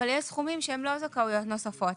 אבל יש סכומים שהם לא זכאויות נוספות,